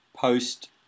post